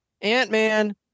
Ant-Man